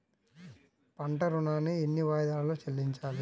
పంట ఋణాన్ని ఎన్ని వాయిదాలలో చెల్లించాలి?